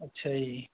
ਅੱਛਾ ਜੀ